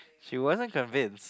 she wasn't convinced